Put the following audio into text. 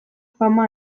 fama